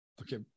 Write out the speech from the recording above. okay